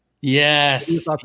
Yes